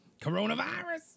Coronavirus